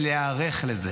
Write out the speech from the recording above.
צריך להיערך לזה.